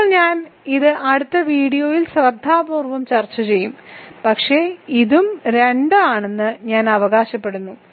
ഇപ്പോൾ ഞാൻ ഇത് അടുത്ത വീഡിയോയിൽ ശ്രദ്ധാപൂർവ്വം ചർച്ചചെയ്യും പക്ഷേ ഇതും 2 ആണെന്ന് ഞാൻ അവകാശപ്പെടുന്നു